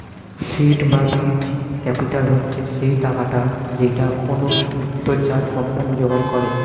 seed বা বীজ capital হচ্ছে সেই টাকাটা যেইটা কোনো সদ্যোজাত কোম্পানি জোগাড় করে